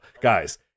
Guys